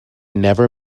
never